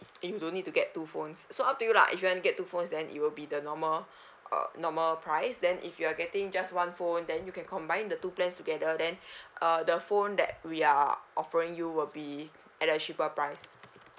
and you don't need to get two phones so up to you lah if you want get two phones then it will be the normal err normal price then if you are getting just one phone then you can combine the two plans together then uh the phone that we are offering you will be at a cheaper price